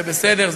זה בסדר.